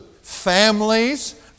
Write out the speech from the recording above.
families